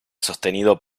sostenido